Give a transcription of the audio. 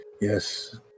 yes